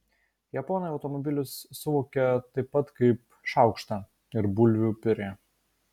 japonai automobilius suvokia taip pat kaip šaukštą ir bulvių piurė